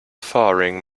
faring